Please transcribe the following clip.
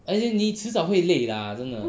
as in 你迟早会累 lah 真的